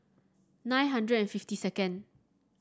nine hundred and fifty second